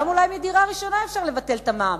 אולי גם על דירה ראשונה אפשר לבטל את המע"מ.